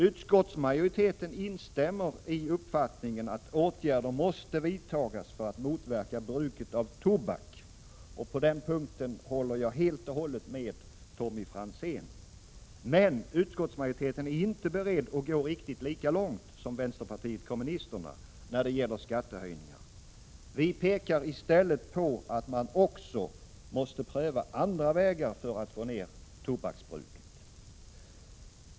Utskottsmajoriteten instämmer i uppfattningen att åtgärder måste vidtas för att motverka bruket av tobak — på den punkten håller jag helt med Tommy Franzén — men utskottsmajoriteten är inte beredd att gå riktigt så långt som vpk när det gäller skattehöjningar. Vi pekar i stället på att man också måste pröva andra vägar för att få ned tobaksbruket.